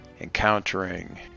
Encountering